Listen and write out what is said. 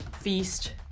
feast